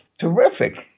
terrific